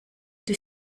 die